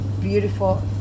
beautiful